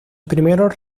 primeros